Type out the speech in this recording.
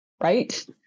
right